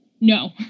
no